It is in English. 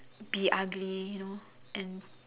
be ugly you know and